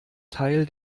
teil